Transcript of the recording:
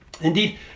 Indeed